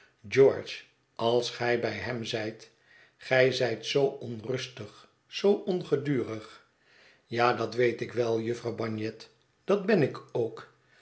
george als gij bij hem zijt gij zijt zoo onrustig zoo ongedurig ja dat weet ik wel jufvrouw bagnet dat hen ik ook